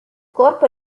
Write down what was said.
corpo